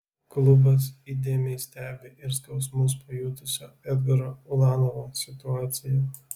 klubas įdėmiai stebi ir skausmus pajutusio edgaro ulanovo situaciją